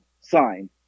sign